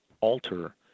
alter